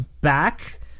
back